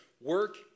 work